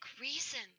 reason